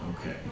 Okay